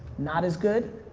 not as good,